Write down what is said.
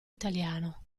italiano